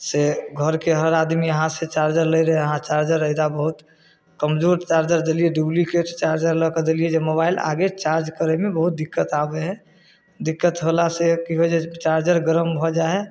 से घरके हर आदमी अहाँ से चार्जर लै रहे अहाँ चार्जर अयदा बहुत कमजोर चार्जर देलियै डुप्लीकेट चार्जर लऽ के देलियै जे मोबाइल आगे चार्ज करयमे बहुत दिक्कत आबै है दिक्कत होला से की हो जाइ छै चार्जर गरम हो जाइ है